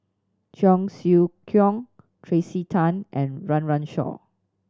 Cheong Siew Keong Tracey Tan and Run Run Shaw